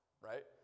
right